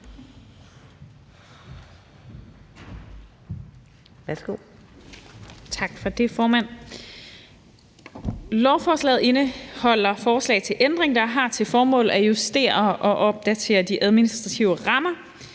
Tak for det, formand. Lovforslaget indeholder forslag til ændringer, der har til formål at justere og opdatere de administrative rammer